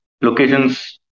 locations